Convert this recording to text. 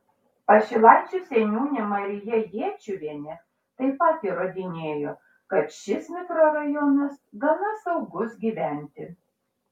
pašilaičių seniūnė marija jėčiuvienė taip pat įrodinėjo kad šis mikrorajonas gana saugus gyventi